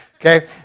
okay